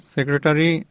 Secretary